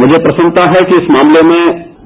मुझे प्रसन्नता है कि इस मामले में